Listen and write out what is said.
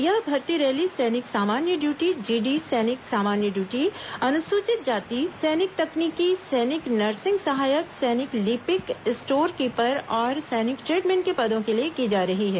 यह भर्ती रैली सैनिक सामान्य ड्यूटी जीडी सैनिक सामान्य ड्यूटी अनुसूचित जाति सैनिक तकनीकी सैनिक नर्सिंग सहायक सैनिक लिपिक स्टोर कीपर और सैनिक ट्रेडमेन के पदों के लिए की जा रही है